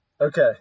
Okay